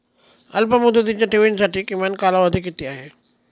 अल्पमुदतीच्या ठेवींसाठी किमान कालावधी किती आहे?